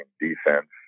defense